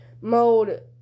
mode